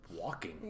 Walking